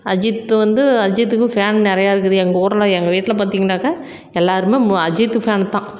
அஜித்து வந்து அஜித்துக்கு ஃபேன் நிறையா இருக்குது எங்கள் ஊரில் எங்கள் வீட்டில் பார்த்திங்கனாக்க எல்லோருமே அஜித்து ஃபேனு தான்